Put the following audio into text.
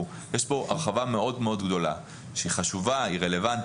יש פה הרחבה מאוד גדולה שהיא חשובה ורלוונטית,